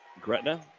Gretna